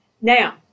Now